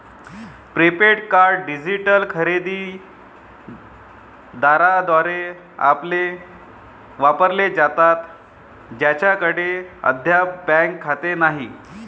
prepaid card digital खरेदी दारांद्वारे वापरले जातात ज्यांच्याकडे अद्याप बँक खाते नाही